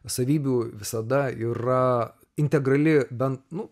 savybių visada yra integrali bent nuo